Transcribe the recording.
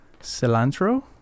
cilantro